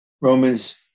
Romans